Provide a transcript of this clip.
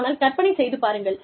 ஆனால் கற்பனை செய்து பாருங்கள்